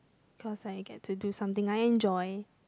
cause I get to do something I enjoy